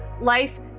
life